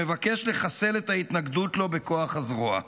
שמבקש לחסל את ההתנגדות לו בכוח הזרוע.